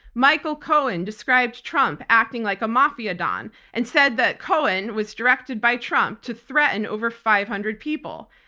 michael cohen described trump acting like a mafia don and said that cohen was directed by trump to threaten over five hundred people.